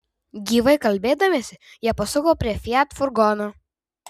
gyvai kalbėdamiesi jie pasuko prie fiat furgono